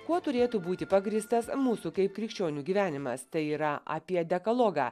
kuo turėtų būti pagrįstas mūsų kaip krikščionių gyvenimas tai yra apie dekalogą